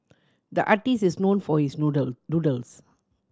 the artist is known for his doodle doodles